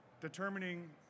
determining